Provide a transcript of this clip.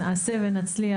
נעשה ונצליח.